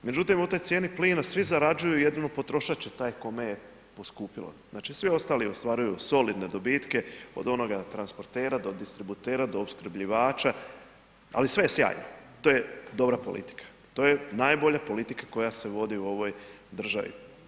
Međutim, u toj cijeni plina svi zarađuju, jedino potrošač je taj kome je poskupjelo, znači svi ostali ostvaruju solidne dobitke od onoga transportera, do distributera, do opskrbljivača ali sve je sjajno, to je dobra politika, to je najbolja politika koja se vodi u ovoj državi.